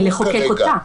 -- ולחוקק אותה.